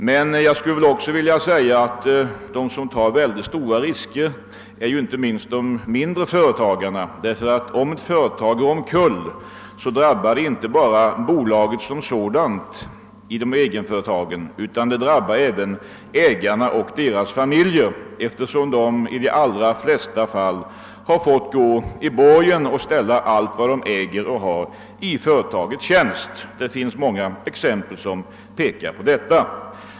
Men jag skulle också vilja säga att inte minst de mindre företagarna tar mycket stora risker, ty om ett egenföretag går omkull, drabbar det inte bara bolaget som sådant utan även ägarna och deras familjer, eftersom de i de allra flesta fall har fått gå i borgen och ställa allt vad de äger i företagets tjänst. Det finns många exempel som bevisar detta.